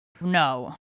No